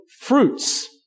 fruits